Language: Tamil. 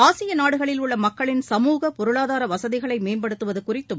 ஆசிய நாடுகளில் உள்ள மக்களின் சமூக பொருளாதார வசதிகளை மேம்படுத்துவது குறித்தும்